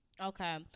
Okay